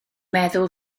meddwl